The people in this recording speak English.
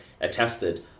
attested